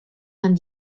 vingt